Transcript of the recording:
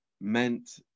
meant